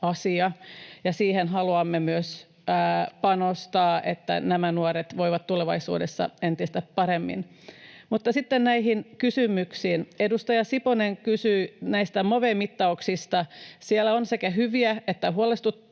Siihen haluamme myös panostaa, että nämä nuoret voivat tulevaisuudessa entistä paremmin. Sitten näihin kysymyksiin: Edustaja Siponen kysyi Move-mittauksista. Siellä on sekä hyviä että huolestuttavia